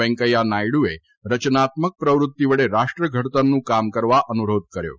વેંકૈયા નાયડુએ રચનાત્મક પ્રવૃતિ વડે રાષ્ટ્ર ધડતરનું કામ કરવા અનુરોધ કર્યો છે